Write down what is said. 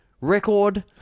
record